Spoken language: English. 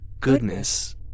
Goodness